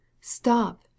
Stop